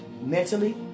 Mentally